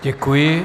Děkuji.